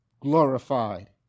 glorified